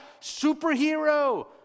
Superhero